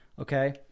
Okay